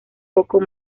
poco